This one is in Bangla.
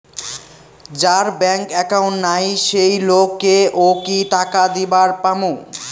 যার ব্যাংক একাউন্ট নাই সেই লোক কে ও কি টাকা দিবার পামু?